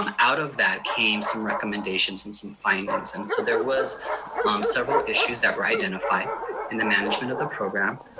um out of that came some recommendations and some findings. and so there was um several issues that were identified in the management of the program,